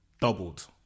Doubled